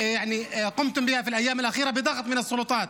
ההריסה אשר ביצעתם בימים האחרונים בעקבות לחץ מהשלטונות.